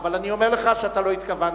אבל אני אומר לך שאתה לא התכוונת.